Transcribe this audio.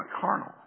carnal